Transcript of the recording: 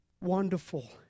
wonderful